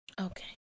Okay